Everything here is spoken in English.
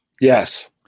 Yes